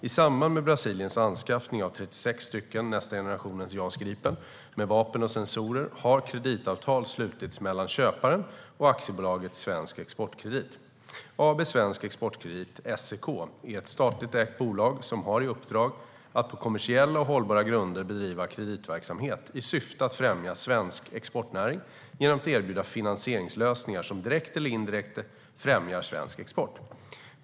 I samband med Brasiliens anskaffning av 36 stycken nästa generations JAS Gripen med vapen och sensorer har kreditavtal slutits mellan köparen och Aktiebolaget Svensk Exportkredit. AB Svensk Exportkredit, SEK, är ett statligt ägt bolag som har i uppdrag att på kommersiella och hållbara grunder bedriva kreditverksamhet i syfte att främja svensk exportnäring genom att erbjuda finansieringslösningar som direkt eller indirekt främjar svensk export.